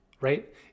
right